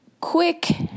quick